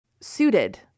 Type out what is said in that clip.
suited